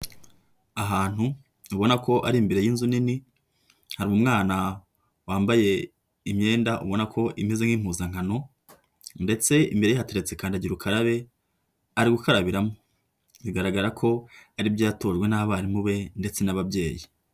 Ahantu ubonako ari imbere y'inzu nini, hari umwana wambaye imyenda ubonako imeze nk'impuzankano ndetse imbere yé hateretse kandagira ukarabe ari gukarabiramo, bigaragara ko ari ibyo yatojwe n'abarimu be ndetse n'ababyeyi.